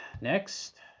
next